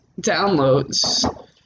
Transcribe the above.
downloads